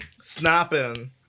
Snapping